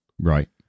Right